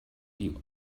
die